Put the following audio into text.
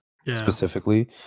specifically